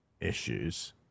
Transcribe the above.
issues